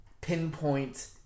pinpoint